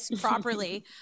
properly